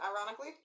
ironically